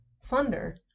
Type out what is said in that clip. slender